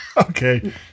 Okay